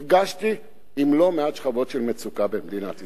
נפגשתי עם לא מעט שכבות של מצוקה במדינת ישראל.